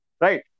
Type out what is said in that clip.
Right